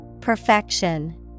Perfection